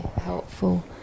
helpful